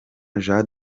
jean